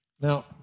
Now